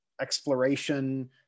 exploration